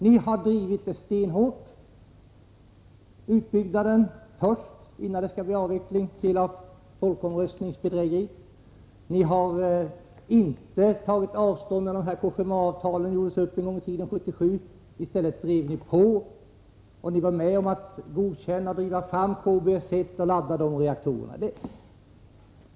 Ni har stenhårt drivit linjen att det skulle vara utbyggnad före avveckling — sedan folkomröstningsbedrägeriet. Ni tog inte avstånd från Cogéma-avtalet när det genomdrevs under 1977. Ni drev i stället på, ni var med om att godkänna och driva fram KBS 1 och ladda de reaktorerna.